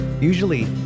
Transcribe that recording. usually